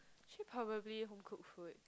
actually probably home cooked food